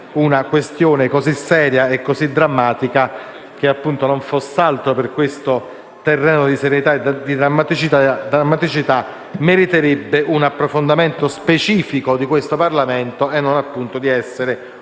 una questione così seria e drammatica che, non foss'altro che per questo terreno di serietà e di drammaticità, meriterebbe un approfondimento specifico di questo Parlamento e non di essere una